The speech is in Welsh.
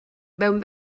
mewn